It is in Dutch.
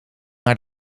naar